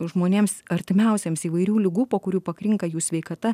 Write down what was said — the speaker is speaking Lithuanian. žmonėms artimiausiems įvairių ligų po kurių pakrinka jų sveikata